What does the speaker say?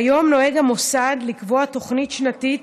כיום נוהג המוסד לקבוע תוכנית שנתית